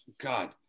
God